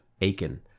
Aiken